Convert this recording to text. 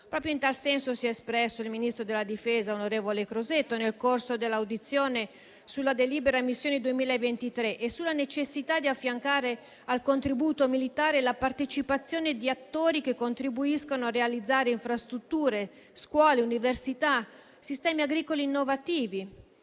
Proprio in tal senso si è espresso il ministro della difesa, onorevole Crosetto, nel corso dell'audizione sulla delibera missioni 2023 e sulla necessità di affiancare al contributo militare la partecipazione di attori che contribuiscano a realizzare infrastrutture, scuole e università, sistemi agricoli innovativi.